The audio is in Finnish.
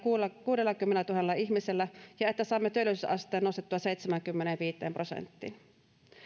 kuudellakymmenellätuhannella ihmisellä ja että saamme työllisyysasteen nostettua seitsemäänkymmeneenviiteen prosenttiin